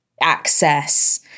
access